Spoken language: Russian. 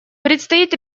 предстоит